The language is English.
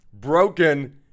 broken